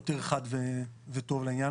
יותר חד וטוב לעניין